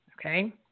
okay